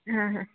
ಹಾಂ ಹಾಂ